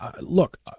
look